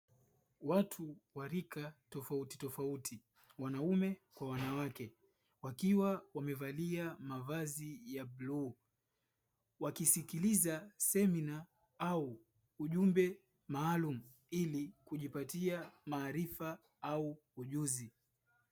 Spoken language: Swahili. Watu wa rika tofautitofauti wanaume kwa wanawake wakiwa wamevalia mavazi ya bluu, wakisikiliza semina au ujumbe maalumu ili kujipatia maarifa au ujuzi.